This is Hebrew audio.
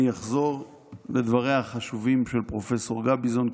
אני אחזור לדבריה החשובים של פרופ' גביזון,